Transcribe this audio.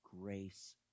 grace